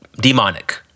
demonic